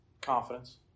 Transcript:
Confidence